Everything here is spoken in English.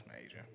major